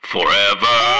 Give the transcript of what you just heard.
forever